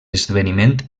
esdeveniment